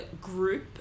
group